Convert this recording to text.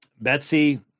Betsy